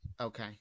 Okay